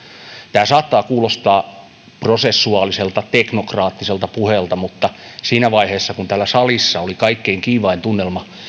tämä saattaa kuulostaa prosessuaaliselta teknokraattiselta puheelta mutta siinä vaiheessa kun täällä salissa oli kaikkein kiivain tunnelma